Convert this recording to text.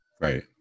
Right